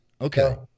Okay